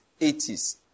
80s